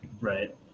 Right